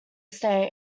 state